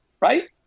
right